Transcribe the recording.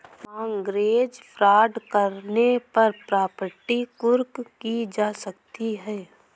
mortgage fraud करने पर property कुर्क की जा सकती है